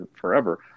forever